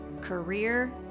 career